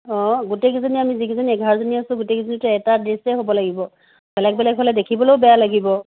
অঁ গোটেইকেইজনী আমি যিকেইজনী এঘাৰজনী আছোঁ গোটেইকেইজনী এটা ড্ৰেছেই হ'ব লাগিব বেলেগ বেলেগ হ'লে দেখিবলৈও বেয়া লাগিব